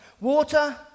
Water